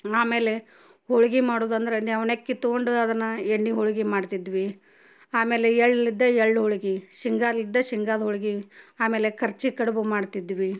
ಆಮೇಲೆ ಹೋಳ್ಗೆ ಮಾಡುದಂದ್ರೆ ನವ್ಣಕ್ಕಿ ತಗೊಂಡು ಅದನ್ನು ಎಣ್ಣೆ ಹೋಳ್ಗೆ ಮಾಡ್ತಿದ್ವಿ ಆಮೇಲೆ ಎಳ್ಳಿದ್ದು ಎಳ್ಳು ಹೋಳ್ಗೆ ಶೇಂಗಾಲಿದ್ದ ಶೇಂಗಾದ ಹೋಳ್ಗೆ ಆಮೇಲೆ ಕರ್ಜಿ ಕಡುಬು ಮಾಡ್ತಿದ್ವಿ